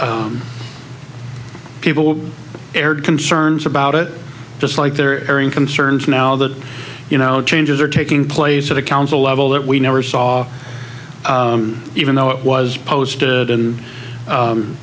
people aired concerns about it just like there are airing concerns now that you know changes are taking place at the council level that we never saw even though it was posted and